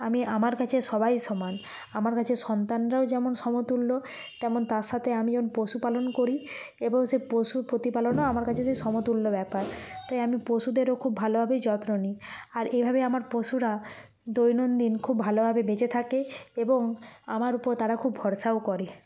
আমি আমার কাছে সবাই সমান আমার কাছে সন্তানরাও যেমন সমতুল্য তেমন তার সাথে আমিও পশু পালন করি এবং সে পশু প্রতিপালনও আমার কাছে সেই সমতুল্য ব্যাপার তাই আমি পশুদেরও খুব ভালোভাবেই যত্ন নিই আর এইভাবেই আমার পশুরা দৈনন্দিন খুব ভালোভাবে বেঁচে থাকে এবং আমার উপর তারা খুব ভরসাও করে